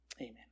Amen